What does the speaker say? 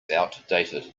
outdated